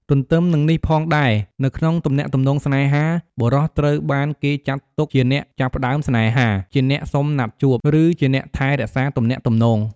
ទន្ទឹមនិងនេះផងដែរនៅក្នុងទំនាក់ទំនងស្នេហា បុរសត្រូវបានគេចាត់ទុកជាអ្នក ចាប់ផ្ដើមស្នេហា ជាអ្នកសុំណាត់ជួប ឬជាអ្នកថែរក្សាទំនាក់ទំនង។